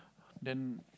then